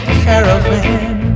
caravan